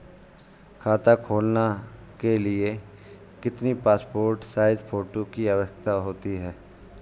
खाता खोलना के लिए कितनी पासपोर्ट साइज फोटो की आवश्यकता होती है?